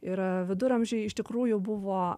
yra viduramžiai iš tikrųjų buvo